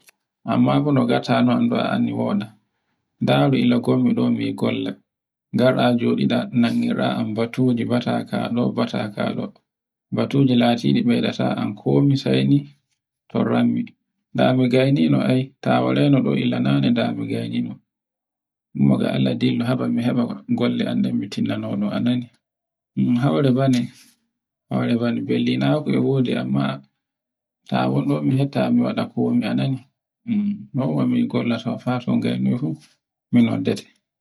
Amma fa no ngatta non a anndi woɗa, ndaru ilagonmi ɗo mi golla, garɗa joɗiɗa nangirɗa batuti, bata kaɗo, bata kaɗo. Batuji latiɗi meɗata anne komi sai ni, to rammi. Da mi gaynoni ai ta waraino ɗo ila nane. Umma ga Alla dillu mi heba golle annan mi tindinano a nani, un hawre bone, hawre bone un bellinako e wodi amma tawaɗu mehita a waɗa komi anani wawo min kollata fu minoddete.